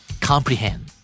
Comprehend